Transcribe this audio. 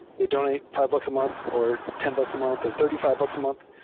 they donate five books a month or ten bucks a month or thirty five bucks a month.